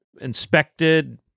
inspected